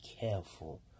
careful